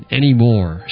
anymore